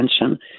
attention